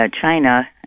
China